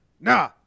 Nah